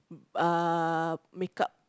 uh makeup